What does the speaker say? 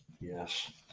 Yes